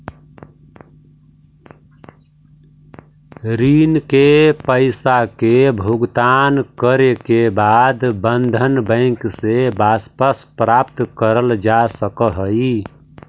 ऋण के पईसा के भुगतान करे के बाद बंधन बैंक से वापस प्राप्त करल जा सकऽ हई